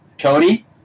Cody